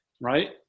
right